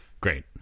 Great